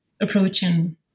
approaching